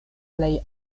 plej